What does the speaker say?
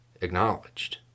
acknowledged